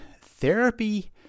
therapy